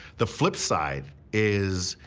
the flip side is,